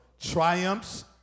triumphs